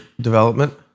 development